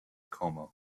como